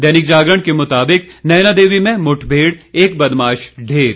दैनिक जागरण के मुताबिक नयनादेवी में मुठमेढ़ एक बदमाश ढेर